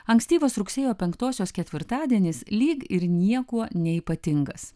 ankstyvas rugsėjo penktosios ketvirtadienis lyg ir niekuo neypatingas